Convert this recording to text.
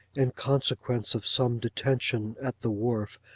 in consequence of some detention at the wharf,